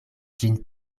ĝin